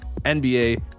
NBA